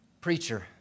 Preacher